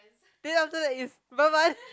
then after that is bye bye